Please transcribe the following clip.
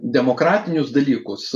demokratinius dalykus